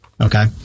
Okay